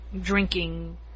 drinking